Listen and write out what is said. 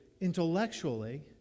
intellectually